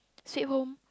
sweet home